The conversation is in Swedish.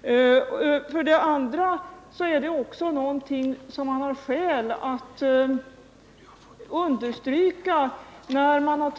vill ha.